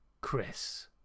Chris